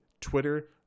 Twitter